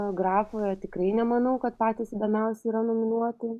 grafoje tikrai nemanau kad patys įdomiausi yra nominuoti